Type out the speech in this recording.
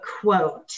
quote